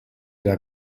der